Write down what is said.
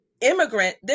immigrant